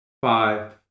five